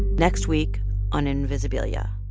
next week on invisibilia